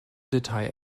detail